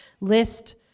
list